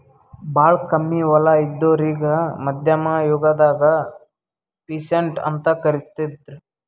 ಭಾಳ್ ಕಮ್ಮಿ ಹೊಲ ಇದ್ದೋರಿಗಾ ಮಧ್ಯಮ್ ಯುಗದಾಗ್ ಪೀಸಂಟ್ ಅಂತ್ ಕರಿತಿದ್ರು